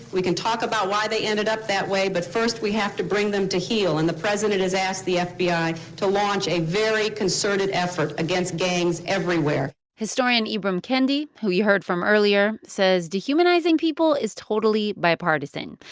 we can talk about why they ended up that way, but first, we have to bring them to heel. and the president has asked the fbi to launch a very concerted effort against gangs everywhere historian ibram kendi, who you heard from earlier, says dehumanizing people is totally bipartisan.